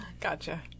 Gotcha